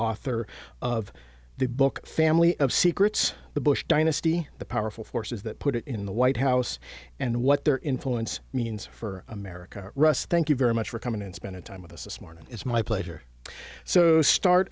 author of the book family of secrets the bush dynasty the powerful forces that put it in the white house and what their influence means for america russ thank you very much for coming in spend time with us this morning it's my pleasure so start